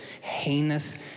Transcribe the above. heinous